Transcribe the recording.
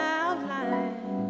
outline